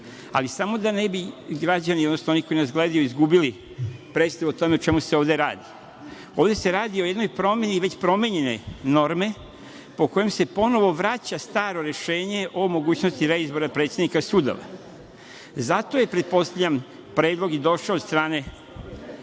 samo da ne bi građani, odnosno oni koji nas gledaju, izgubili predstavu o tome o čemu se ovde radi. Ovde se radi o jednoj promeni, već promenjene norme, po kojim se ponovo vraća staro rešenje o mogućnosti reizbora predsednika sudova. Zato je, pretpostavljam, Predlog i došao od strane